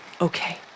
Okay